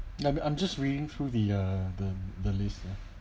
I'm I'm just reading through the uh the the list lah